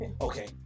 Okay